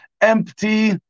empty